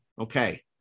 Okay